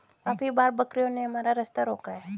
काफी बार बकरियों ने हमारा रास्ता रोका है